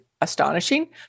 astonishing